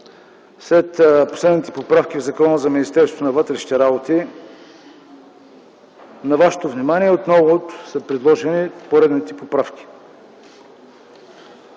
след последните поправки в Закона за Министерството на вътрешните работи на вашето внимание отново са предложени поредните поправки.